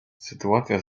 sytuacja